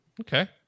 Okay